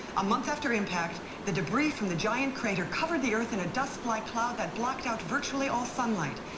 a month after impact the debris from the giant crater covered the earth in a dust-like cloud that blocked out viually all sunlight.